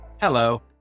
Hello